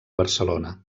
barcelona